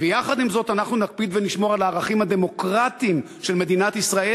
ויחד עם זאת אנחנו נקפיד ונשמור על הערכים הדמוקרטיים של מדינת ישראל,